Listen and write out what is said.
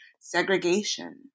segregation